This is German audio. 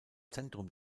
zentrum